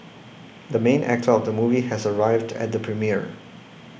the main actor of the movie has arrived at the premiere